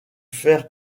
faire